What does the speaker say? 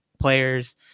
players